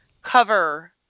cover